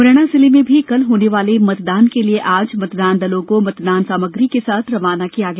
मुरैना जिले मे भी कल होने वाले मतदान के लिए आज मतदान दलों को मतदान सामग्री के साथ रवाना किया गया